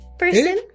person